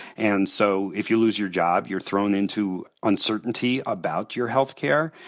and so if you lose your job, you're thrown into uncertainty about your health care.